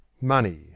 money